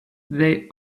they